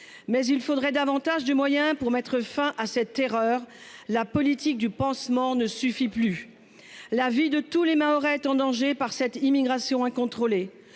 mais il faudrait davantage de moyens pour mettre fin à cette terreur. La politique du pansement ne suffit plus. La vie de tous les Mahorais en danger par cette immigration incontrôlée.